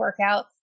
workouts